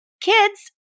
kids